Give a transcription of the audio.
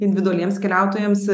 individualiems keliautojams